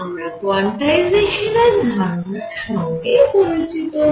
আমরা কোয়ান্টাইজেশানের ধারণার সঙ্গে পরিচিত হই